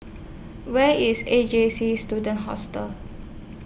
Where IS A J C Student Hostel